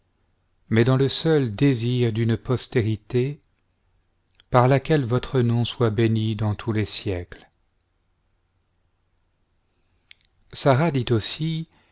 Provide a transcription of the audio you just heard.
mais dans le seul désir d'une postérité par laquelle votre nom soit béni dans tous les siècles sa dit aussi